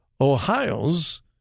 Ohio's